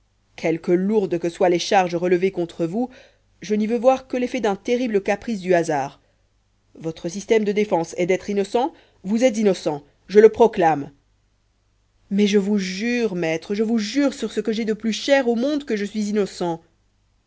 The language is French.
que lourdes que soient les charges relevées contre vous je n'y veux voir que l'effet d'un terrible caprice du hasard votre système de défense est d'être innocent vous êtes innocent je le proclame mais je vous jure maître je vous jure sur ce que j'ai de plus cher au monde que je suis innocent